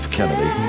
Kennedy